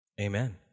Amen